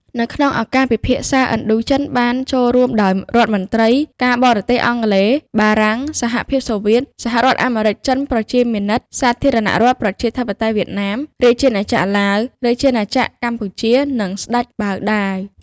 នៅក្នុងឱកាសពិភាក្សាឥណ្ឌូចិនបានចូលរួមដោយរដ្ឋមន្ត្រី ការបរទេសអង់គ្លេស បារាំង សហភាពសូវៀត សហរដ្ឋអាមេរិចចិនប្រជាមានិត សាធារណរដ្ឋ ប្រជាធិបតេយ្យវៀតណាម រាជាណាចក្រឡាវ រាជាណាចក្រកម្ពុជា និងស្ដេចបាវដាយ។